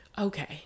okay